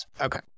okay